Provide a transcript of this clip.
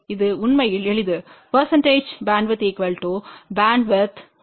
இது உண்மையில் எளிது பெர்சண்டேஜ் பேண்ட்வித் பேண்ட்வித் f0×100